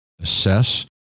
assess